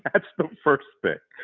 that's the first thing.